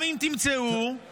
גם אם תמצאו, תודה.